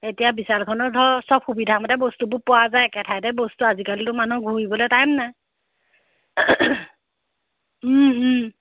এতিয়া বিশালখনৰ ধৰ চব সুবিধা মতে বস্তুবোৰ পোৱা যায় একে ঠাইতে বস্তু আজিকালিতো মানুহ ঘূৰিবলৈতো টাইম নাই